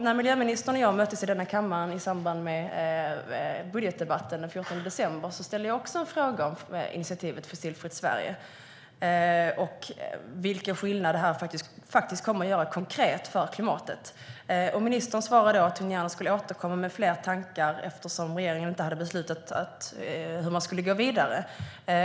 När miljöministern och jag möttes i den här kammaren i samband med budgetdebatten den 14 december ställde jag också en fråga om initiativet Fossilfritt Sverige och vilken konkret skillnad det kommer att göra för klimatet. Ministern svarade då att hon gärna skulle återkomma med fler tankar eftersom regeringen inte hade beslutat hur man skulle gå vidare.